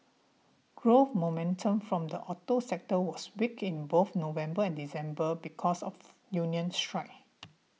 growth momentum from the auto sector was weak in both November and December because of union strikes